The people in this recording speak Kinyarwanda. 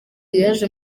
yaje